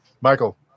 Michael